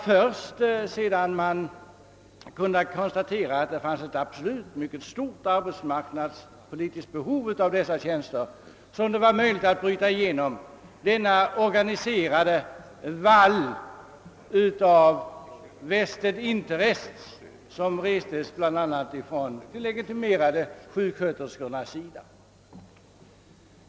Först sedan man kunnat konstatera att det fanns ett mycket stort arbetsmarknadspolitiskt behov av dessa tjänster var det möjligt att bryta igenom denna organiserade vall av »vested interests», som rests bl.a. av de legitimerade sjuksköterskorna.